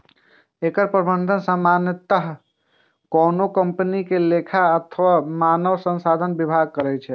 एकर प्रबंधन सामान्यतः कोनो कंपनी के लेखा अथवा मानव संसाधन विभाग करै छै